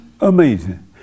Amazing